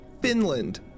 Finland